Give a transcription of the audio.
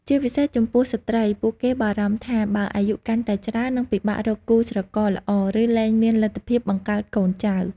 ជាពិសេសចំពោះស្ត្រី ពួកគេបារម្ភថាបើអាយុកាន់តែច្រើន នឹងពិបាករកគូស្រករល្អ ឬលែងមានលទ្ធភាពបង្កើតកូនចៅ។